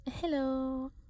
hello